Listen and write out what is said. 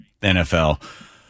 NFL